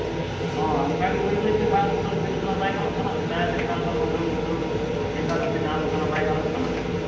ᱦᱳᱭ ᱚᱱᱠᱟᱜᱮ ᱵᱟᱹᱭᱼᱵᱟᱹᱭᱛᱮ ᱵᱟᱝ ᱵᱚᱫᱚᱞ ᱤᱫᱤ ᱞᱮᱱᱠᱷᱟᱱ ᱢᱟ ᱵᱟᱭ ᱜᱟᱱᱚᱜ ᱠᱟᱱᱟ ᱥᱮᱫᱟᱭ ᱞᱮᱠᱟ ᱚᱱᱠᱟ ᱩᱲᱫᱩᱢᱼᱩᱲᱫᱩᱢ ᱰᱮᱸᱜᱟᱼᱫᱷᱩᱛᱤ ᱛᱟᱦᱮᱸᱞᱮᱱᱠᱷᱟᱢᱟ ᱵᱟᱭ ᱜᱟᱱᱚᱜ ᱠᱟᱱᱟ